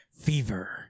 Fever